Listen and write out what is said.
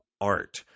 art